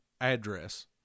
address